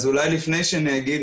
אולי לפני שאני אתייחס,